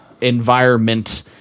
environment